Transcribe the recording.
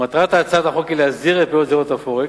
מטרת הצעת החוק היא להסדיר את פעילות זירות ה-Forex,